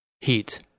heat